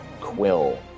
Quill